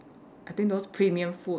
I think those premium food